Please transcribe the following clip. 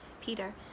Peter